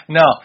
no